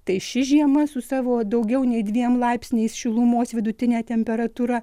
tai ši žiema su savo daugiau nei dviem laipsniais šilumos vidutinė temperatūra